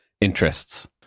interests